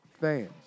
fans